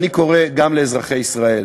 אני קורא גם לאזרחי ישראל,